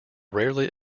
rarely